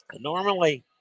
Normally